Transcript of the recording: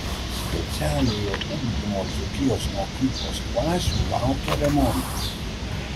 specialiojo ugdymo dzūkijos mokyklos klasių laukia remontas